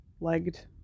Legged